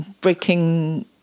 breaking